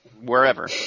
wherever